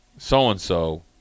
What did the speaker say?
so-and-so